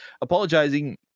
apologizing